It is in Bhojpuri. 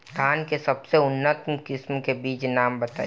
धान के सबसे उन्नत किस्म के बिज के नाम बताई?